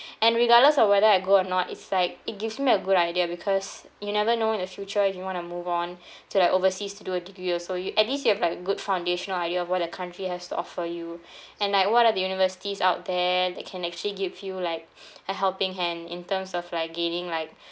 and regardless of whether I go or not it's like it gives me a good idea because you never know in the future if you want to move on to like overseas to do a degree or so you at least you have like a good foundational idea of what a country has to offer you and like what are the universities out there that can actually give you like a helping hand in terms of like gaining like